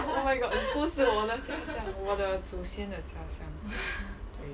oh my god 不是我的家乡我的祖先的家乡对